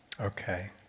Okay